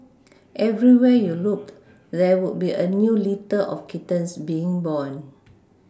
everywhere you looked there would be a new litter of kittens being born